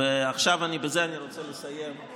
ובזה אני רוצה לסיים,